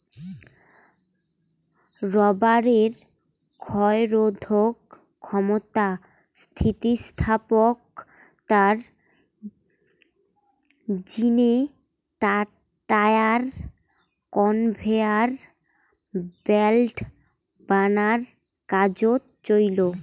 রবারের ক্ষয়রোধক ক্ষমতা, স্থিতিস্থাপকতার জিনে টায়ার, কনভেয়ার ব্যাল্ট বানার কাজোত চইল